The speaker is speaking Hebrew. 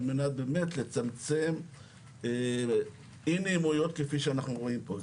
על מנת באמת לצמצם אי נעימויות כפי שאנחנו רואים פה.